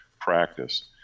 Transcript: practice